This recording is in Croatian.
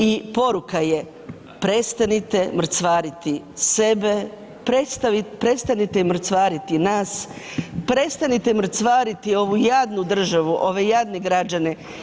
I poruka je prestanite mrcvarite sebe, prestanite mrcvariti nas, prestanite mrcvariti ovu jadnu državu, ove jadne građane.